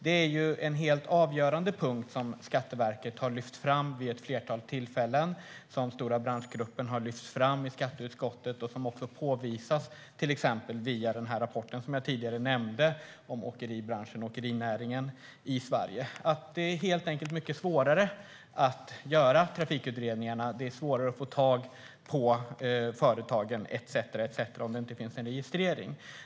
Det är ju en helt avgörande punkt som Skatteverket har lyft fram vid ett flertal tillfällen, som Stora branschgruppen har lyft fram i skatteutskottet och som också påvisas till exempel via den här rapporten som jag tidigare nämnde om åkeribranschen och åkerinäringen i Sverige. Det är helt enkelt mycket svårare att göra trafikutredningarna. Det är svårare att få tag på företagen om det inte finns någon registrering.